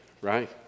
right